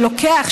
שלוקח,